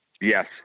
Yes